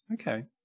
Okay